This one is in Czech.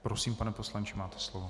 Prosím, pane poslanče, máte slovo.